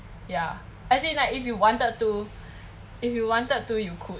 ya as in like if you wanted to if you wanted to you could